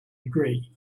agree